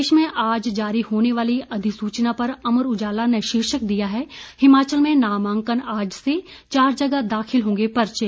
प्रदेश में आज जारी होने वाली अधिसूचना पर अमर उजाला ने शीर्षक दिया है हिमाचल में नामांकन आज से चार जगह दाखिल होंगे पर्चे